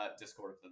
Discord